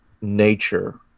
nature